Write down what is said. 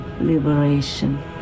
Liberation